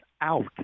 out